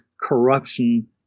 corruption